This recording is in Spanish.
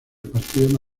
partido